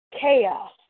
chaos